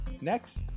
Next